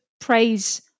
praise